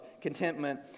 contentment